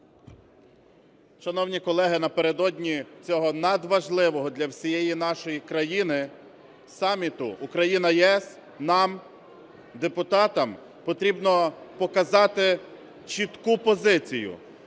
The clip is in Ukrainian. Шановні колеги, напередодні цього надважливого для всієї нашої країни саміту Україна – ЄС нам депутатам треба показати чітку позицію,